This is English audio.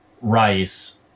Rice